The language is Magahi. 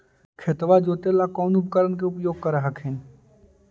खेतबा जोते ला कौन उपकरण के उपयोग कर हखिन?